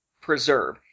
preserve